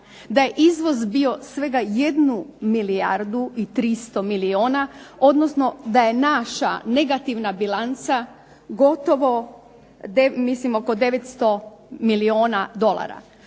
da je izvoz bio svega 1 milijardu i 300 milijuna, odnosno da je naša negativna bilanca gotovo oko 900 milijuna dolara.